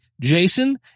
Jason